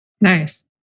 Nice